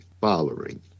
following